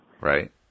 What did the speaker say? Right